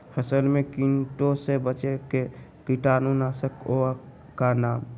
फसल में कीटों से बचे के कीटाणु नाशक ओं का नाम?